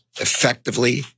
effectively